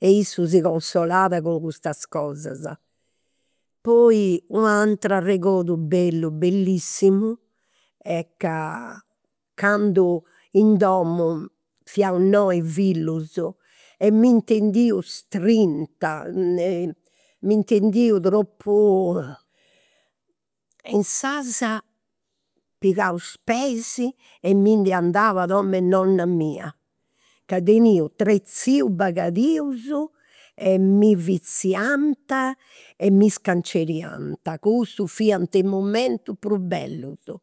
e issu si consolat cun custas cosas. Poi u'ateru arregodu bellu, bellissimu, est ca candu in domu fiaus noi fillus e m'intendiu, m'intendiu tropu. E inzaras pigau is peis e mi ndi andau a domu 'e nonna mia, ca teniu tres tzius bagadius e mi fiziant e mi. Cussus fiant i' momentus prus bellus